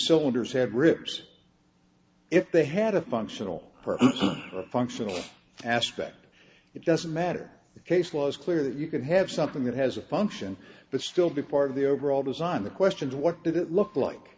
cylinders had rips if they had a functional functional aspect it doesn't matter case law is clear that you could have something that has a function but still be part of the overall design the questions what did it look like